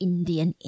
Indian